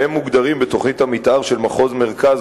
והם מוגדרים בתוכנית המיתאר של מחוז מרכז